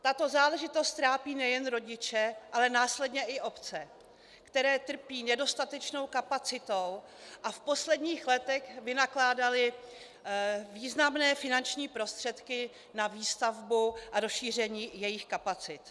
Tato záležitost trápí nejen rodiče, ale následně i obce, které trpí nedostatečnou kapacitou a v posledních letech vynakládaly významné finanční prostředky na výstavbu a rozšíření jejich kapacit.